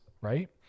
right